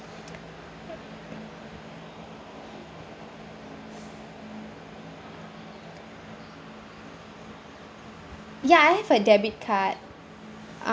ya I have a debit card